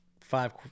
five